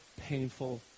painful